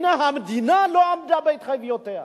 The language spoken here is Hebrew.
הנה המדינה לא עמדה בהתחייבויותיה.